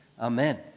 Amen